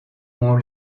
ont